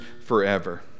forever